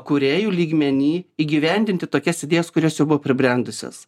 kūrėjų lygmeny įgyvendinti tokias idėjas kurios jau buvo pribrendusios